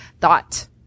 thought